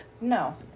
No